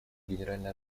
генеральная